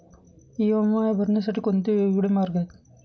EMI भरण्यासाठी कोणते वेगवेगळे मार्ग आहेत?